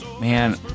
Man